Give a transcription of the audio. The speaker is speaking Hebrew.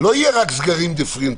לא יהיו רק סגרים דיפרנציאליים,